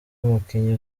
mukinnyi